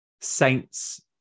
saints